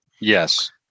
yes